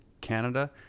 Canada